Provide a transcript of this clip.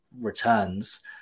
returns